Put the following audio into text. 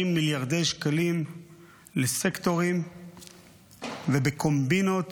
מיליארדי שקלים לסקטורים בקומבינות